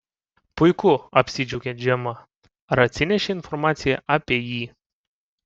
puiku apsidžiaugė džemą ar atsinešei informaciją apie jį